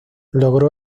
logro